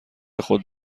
خود